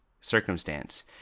circumstance